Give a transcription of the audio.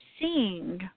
seeing